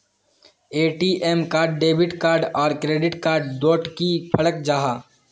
ATM card debit card आर credit card डोट की फरक जाहा?